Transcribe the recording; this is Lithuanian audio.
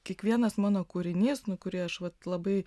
kiekvienas mano kūrinys kurį aš vat labai